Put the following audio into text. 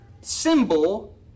symbol